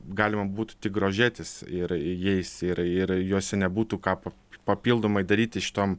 galima būtų tik grožėtis ir jais ir ir juose nebūtų ką pa papildomai daryti šitom